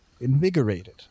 invigorated